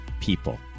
people